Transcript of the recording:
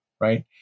right